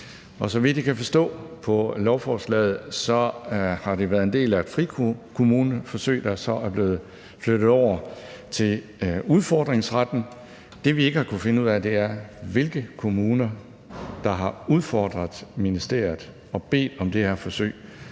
Og så vidt jeg kan forstå på lovforslaget, har det været en del af et frikommuneforsøg, der så er blevet flyttet over til udfordringsretten. Det, vi ikke har kunnet finde ud af, er, hvilke kommuner der har udfordret ministeriet og bedt om det her forsøg.